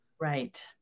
Right